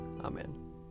Amen